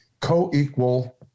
co-equal